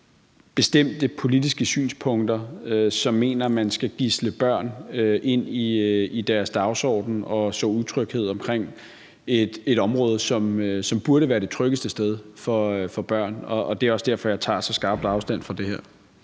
med bestemte politiske synspunkter, som mener, at man skal gidsle børn ind i deres dagsorden og så utryghed omkring et område, som burde være det tryggeste sted for børn. Det er også derfor, jeg tager så skarpt afstand fra det her.